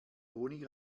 honig